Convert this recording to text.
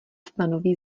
stanoví